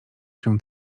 się